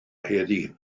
heddiw